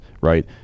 right